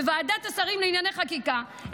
בוועדת השרים לענייני חקיקה,